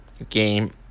game